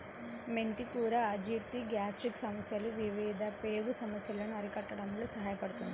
మెంతి కూర అజీర్తి, గ్యాస్ట్రిక్ సమస్యలు, వివిధ పేగు సమస్యలను అరికట్టడంలో సహాయపడుతుంది